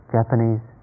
Japanese